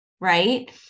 Right